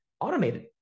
automated